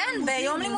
כן, ביום לימודים.